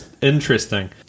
interesting